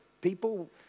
people